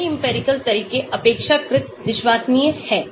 तो semi empirical तरीके अपेक्षाकृत विश्वसनीय हैं